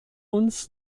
uns